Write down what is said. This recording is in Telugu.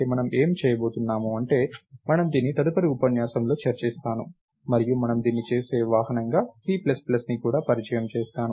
కాబట్టి మనం ఏమి చేయబోతున్నాం అంటే నేను దీన్ని తదుపరి ఉపన్యాసంలో చర్చిస్తాను మరియు మనము దీన్ని చేసే వాహనంగా C ప్లస్ ప్లస్ని కూడా పరిచయం చేస్తాను